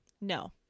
No